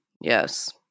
yes